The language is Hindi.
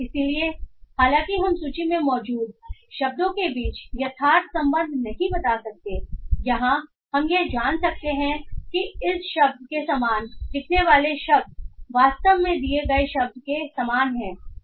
इसलिए हालांकि हम सूची में मौजूद शब्दों के बीच यथार्थ संबंध नहीं बता सकते यहाँ हम यह जान सकते हैं कि इस शब्द के समान दिखने वाले शब्द वास्तव में दिए गए शब्द के समान हैं